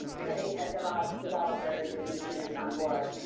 getting ah developers developers in these units on board.